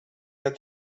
had